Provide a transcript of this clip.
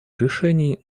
решений